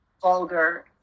vulgar